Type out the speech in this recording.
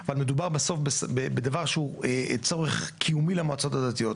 אבל מדובר בסוף בדבר שהוא צורך קיומי למועצות הדתיות.